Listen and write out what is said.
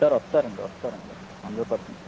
sir వస్తారు అండి వస్తారు అండి హండ్రెడ్ పర్సెంట్